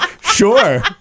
Sure